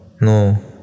No